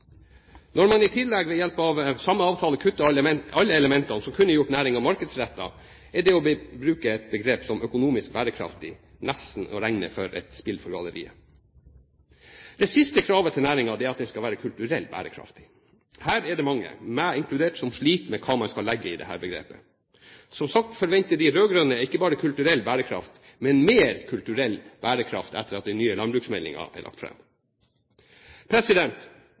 Når man i tillegg ved hjelp av samme avtale kutter alle elementer som kunne gjort næringen markedsrettet, er det å bruke et begrep som «økonomisk bærekraftig» nesten å regne som et spill for galleriet. Det siste kravet til næringen er at den skal være kulturelt bærekraftig. Her er det mange, meg selv inkludert, som sliter med hva man skal legge i dette begrepet. Som sagt forventer de rød-grønne ikke bare kulturell bærekraft, men mer kulturell bærekraft etter at den nye landbruksmeldingen er lagt